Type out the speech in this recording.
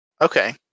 Okay